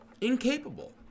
Incapable